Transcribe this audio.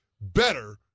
better